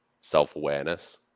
self-awareness